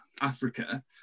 Africa